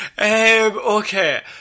Okay